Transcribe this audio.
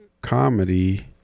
Comedy